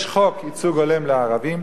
יש חוק ייצוג הולם לערבים,